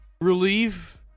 relief